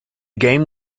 game